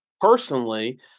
personally